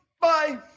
Bye